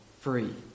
free